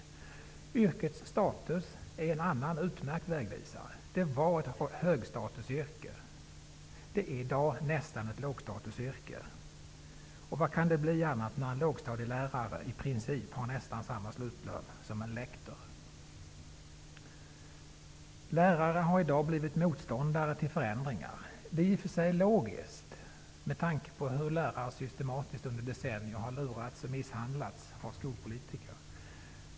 Läraryrkets status är en annan utmärkt vägvisare. Det var ett högstatusyrke men är i dag nästan ett lågstatusyrke. Vad annat kan det bli när en lågstadielärare i princip har nästan samma slutlön som en lektor? Lärare har i dag blivit motståndare till förändringar. Det är i och för sig logiskt med tanke på hur lärare under decennier har lurats och misshandlats av skolpolitiker.